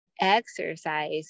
exercise